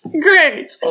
great